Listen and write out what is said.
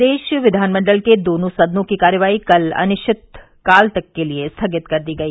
प्रदेश विधानमंडल के दोनों सदनों की कार्यवाही कल अनिश्चितकाल के लिये स्थगित कर दी गई